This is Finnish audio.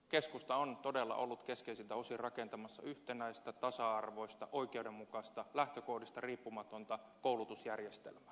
keskusta on todella ollut keskeisiltä osin rakentamassa yhtenäistä tasa arvoista oikeudenmukaista lähtökohdista riippumatonta koulutusjärjestelmää